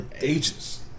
ages